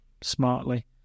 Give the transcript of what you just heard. smartly